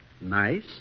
Nice